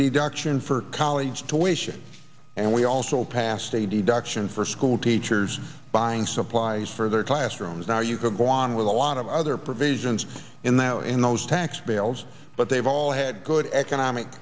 deduction for college tuition and we also passed a deduction for schoolteachers buying supplies for their classrooms now you can go on with a lot of other provisions in the in those tax bills but they've all had good economic